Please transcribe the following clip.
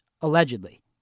allegedly